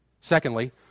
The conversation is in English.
Secondly